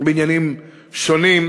בעניינים שונים,